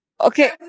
Okay